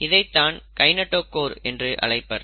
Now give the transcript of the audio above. இதைத்தான் கைநெட்டோகோர் என்று அழைப்பர்